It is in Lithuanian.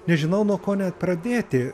nežinau nuo ko net pradėti